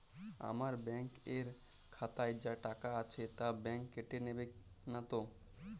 আমার ব্যাঙ্ক এর খাতায় যা টাকা আছে তা বাংক কেটে নেবে নাতো?